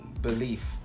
belief